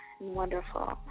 Wonderful